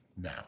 now